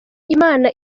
imana